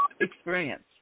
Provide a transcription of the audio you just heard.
experience